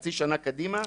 לחצי שנה קדימה,